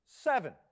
Seven